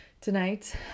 tonight